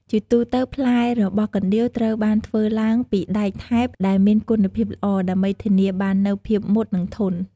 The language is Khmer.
ជាទូទៅ ផ្លែរបស់កណ្ដៀវត្រូវបានធ្វើឡើងពីដែកថែបដែលមានគុណភាពល្អ ដើម្បីធានាបាននូវភាពមុត និងធន់។